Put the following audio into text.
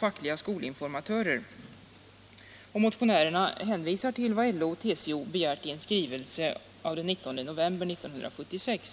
Jag skall redovisa majoritetens syn på dessa tre punkter.